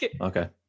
okay